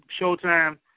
Showtime